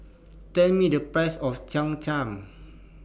Tell Me The Price of Cham Cham